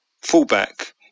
fullback